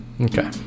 Okay